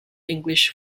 english